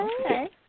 Okay